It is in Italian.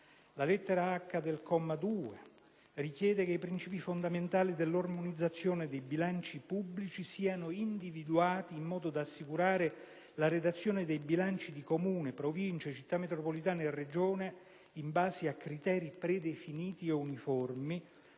2, dell'articolo 2 richiede che i principi fondamentali dell'armonizzazione dei bilanci pubblici siano individuati in modo da assicurare la redazione dei bilanci di Comuni, Province, Città metropolitane e Regioni, in base a criteri predefiniti ed uniformi,